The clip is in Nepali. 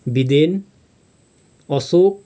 विदेन असोक